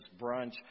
brunch